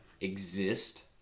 exist